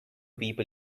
people